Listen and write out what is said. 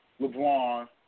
LeBron